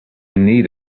need